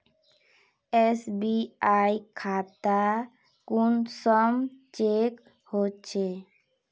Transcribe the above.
SBI खाता कुंसम check होचे?